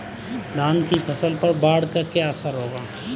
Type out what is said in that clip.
धान की फसल पर बाढ़ का क्या असर होगा?